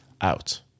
out